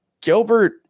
Gilbert